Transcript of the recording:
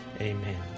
Amen